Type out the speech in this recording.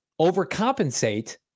overcompensate